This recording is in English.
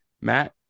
Matt